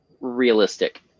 realistic